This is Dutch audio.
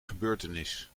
gebeurtenis